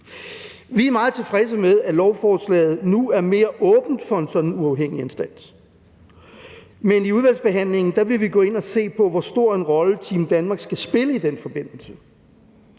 Vi er meget tilfredse med, at lovforslaget nu er mere åbent for en sådan uafhængig instans, men i udvalgsbehandlingen vil vi gå ind og se på, hvor stor en rolle Team Danmark skal spille i den forbindelse.